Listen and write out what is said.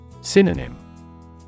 Synonym